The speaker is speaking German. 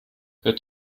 hört